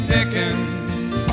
Dickens